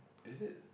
is it